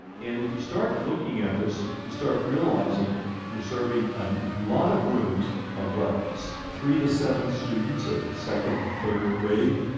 and if you start looking at this you start realizing you're serving a and lot of rooms of but three to seven students at second and third grade